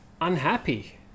unhappy